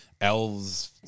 Elves